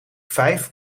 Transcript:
vijf